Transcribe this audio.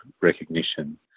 recognition